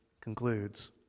concludes